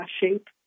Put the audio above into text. shape